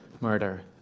murder